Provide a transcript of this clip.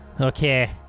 Okay